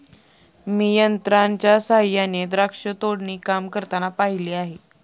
मी यंत्रांच्या सहाय्याने द्राक्ष तोडणी काम करताना पाहिले आहे